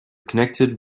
connected